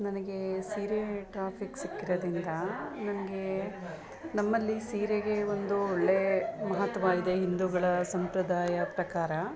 ನನಗೆ ಸೀರೆ ಟಾಪಿಕ್ ಸಿಕ್ಕಿರೋದಿಂದ ನನಗೆ ನಮ್ಮಲ್ಲಿ ಸೀರೆಗೆ ಒಂದು ಒಳ್ಳೆಯ ಮಹತ್ವ ಇದೆ ಹಿಂದೂಗಳ ಸಂಪ್ರದಾಯ ಪ್ರಕಾರ